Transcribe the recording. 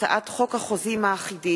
הצעת חוק החוזים האחידים